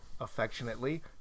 Affectionately